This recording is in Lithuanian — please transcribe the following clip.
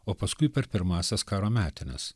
o paskui per pirmąsias karo metines